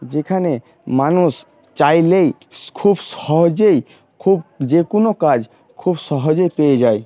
যেখানে মানুষ চাইলেই খুব সহজেই খুব যে কোনো কাজ খুব সহজে পেয়ে যাই